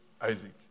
Isaac